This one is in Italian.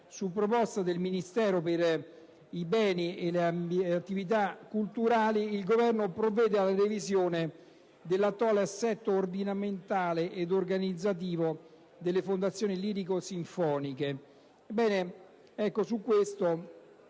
su proposta del Ministero per i beni e le attività culturali, il Governo provvede alla revisione dell'attuale assetto ordinamentale ed organizzativo delle fondazioni lirico-sinfoniche...»